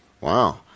Wow